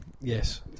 Yes